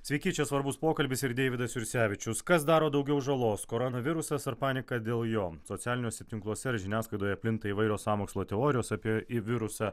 sveiki čia svarbus pokalbis ir deividas jursevičius kas daro daugiau žalos koronavirusas ar panika dėl jo socialiniuose tinkluose ir žiniasklaidoje plinta įvairios sąmokslo teorijos apie į virusą